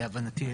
להבנתי,